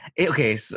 Okay